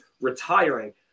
retiring